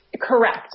Correct